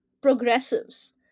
progressives